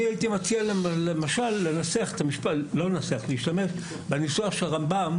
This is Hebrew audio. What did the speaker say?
אני הייתי מציע להשתמש בניסוח של רמב"ם